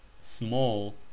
small